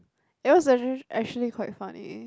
that was actually actually quite funny